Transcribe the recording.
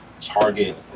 target